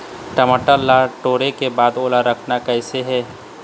टमाटर ला टोरे के बाद ओला रखना कइसे हे?